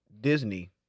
Disney